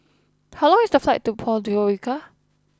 how long is the flight to Podgorica